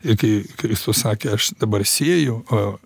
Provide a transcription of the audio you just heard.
ir kai kristus sakė aš dabar sėju o